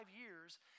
years